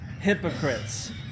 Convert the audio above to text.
hypocrites